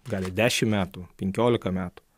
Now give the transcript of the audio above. gali dešim metų penkiolika metų